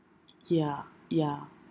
ya ya